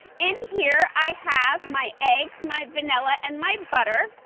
in, here i have my eggs, my vanilla and my butter.